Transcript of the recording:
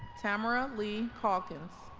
tamara lee caulkins